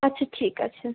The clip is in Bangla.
আচ্ছা ঠিক আছে